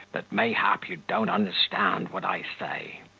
that mayhap you don't understand what i say.